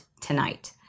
tonight